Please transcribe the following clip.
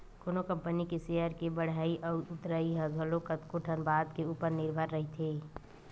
कोनो कंपनी के सेयर के बड़हई अउ उतरई ह घलो कतको ठन बात के ऊपर निरभर रहिथे